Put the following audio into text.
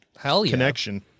connection